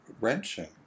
wrenching